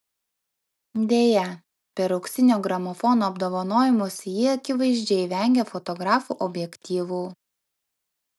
deja per auksinio gramofono apdovanojimus ji akivaizdžiai vengė fotografų objektyvų